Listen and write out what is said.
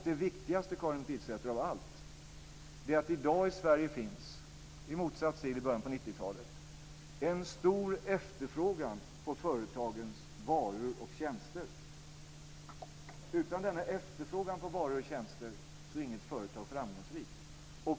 Det viktigaste av allt, Karin Pilsäter, är att det i dag, i motsats till i början på 90-talet, i Sverige finns en stor efterfrågan på företagens varor och tjänster. Utan denna efterfrågan på varor och tjänster är inget företag framgångsrikt.